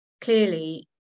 clearly